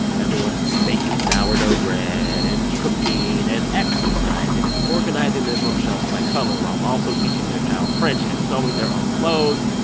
everyone's baking sourdough sourdough bread and cooking and exercising and organizing their bookshelves by color while also teaching their child french and sewing their own clothes,